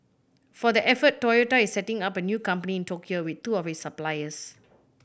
for the effort Toyota is setting up a new company in Tokyo with two of its suppliers